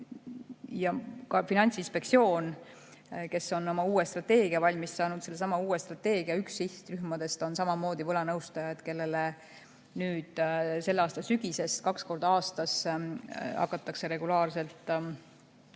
ja ka Finantsinspektsioon, kes on oma uue strateegia valmis saanud. Sellesama uue strateegia üks sihtrühmadest on võlanõustajad, kellele selle aasta sügisest kaks korda aastas hakatakse regulaarselt